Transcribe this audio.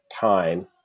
time